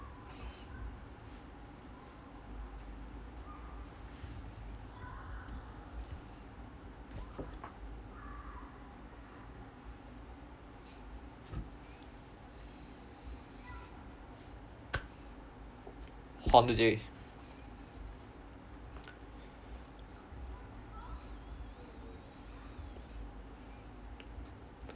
holiday